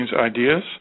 ideas